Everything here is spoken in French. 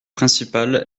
principal